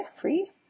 free